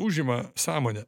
užima sąmonę